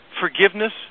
Forgiveness